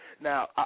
Now